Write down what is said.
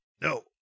No